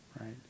right